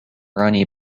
ronnie